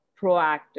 proactive